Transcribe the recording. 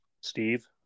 Steve